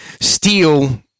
steal